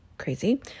crazy